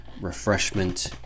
refreshment